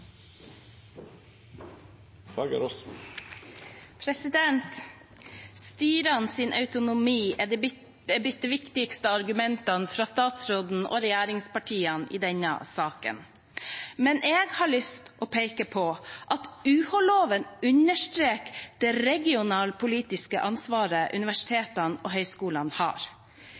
autonomi er blitt det viktigste argumentet fra statsråden og regjeringspartiene i denne saken. Men jeg har lyst til å peke på at universitets- og høyskoleloven understreker det regionalpolitiske ansvaret universitetene og høyskolene har.